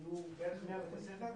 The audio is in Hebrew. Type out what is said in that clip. היו בערך 100 בתי ספר,